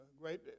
great